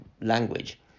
language